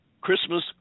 Christmas